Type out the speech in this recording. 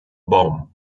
bomb